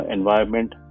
Environment